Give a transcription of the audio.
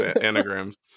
anagrams